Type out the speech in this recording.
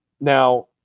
now